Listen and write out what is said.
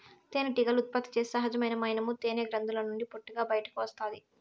తేనెటీగలు ఉత్పత్తి చేసే సహజమైన మైనము తేనె గ్రంధుల నుండి పొట్టుగా బయటకు వస్తాది